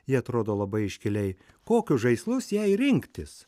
jie atrodo labai iškiliai kokius žaislus jai rinktis